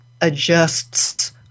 adjusts